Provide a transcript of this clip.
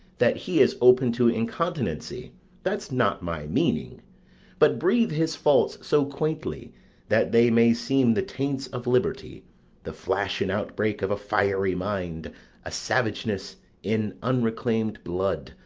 that he is open to incontinency that's not my meaning but breathe his faults so quaintly that they may seem the taints of liberty the flash and outbreak of a fiery mind a savageness in unreclaimed blood,